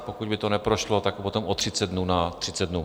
Pokud by to neprošlo, tak potom o 30 dnů na 30 dnů.